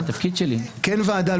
כן ועדה,